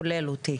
כולל אותי.